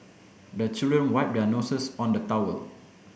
the children wipe their noses on the towel